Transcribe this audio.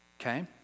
okay